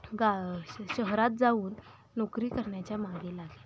गा श शहरात जाऊन नोकरी करण्याच्या मागे लागेल